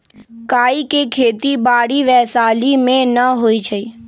काइ के खेति बाड़ी वैशाली में नऽ होइ छइ